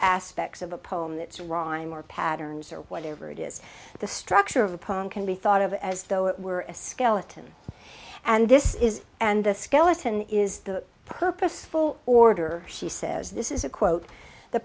aspects of a poem it's raw and more patterns or whatever it is the structure of upon can be thought of as though it were a skeleton and this is and the skeleton is the purposeful order she says this is a quote the